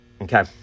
Okay